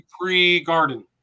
pre-garden